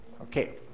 Okay